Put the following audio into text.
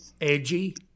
edgy